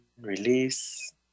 release